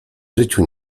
życiu